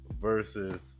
versus